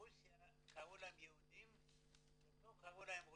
שברוסיה קראו להם יהודים ופה קראו להם רוסים,